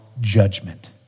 judgment